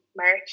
March